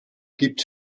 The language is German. gibt